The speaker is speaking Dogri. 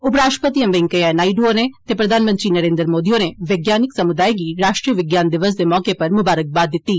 उपराश्ट्रपति एम वैंकया नायडू होरें ते प्रधानमंत्री नरेन्द्र मोदी होरें वैैैानिक समुदाय गी राश्ट्रीय विज्ञान दिवस उप्पर मुबारकबाद दित्ती